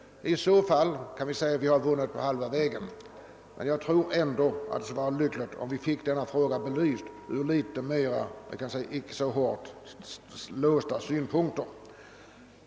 I så fall kan man säga att vi har hunnit halva vägen, men jag tror ändå det skulle vara lyckligt om vi fick frågan belyst även ur andra, icke så hårt låsta synpunkter.